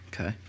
Okay